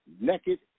naked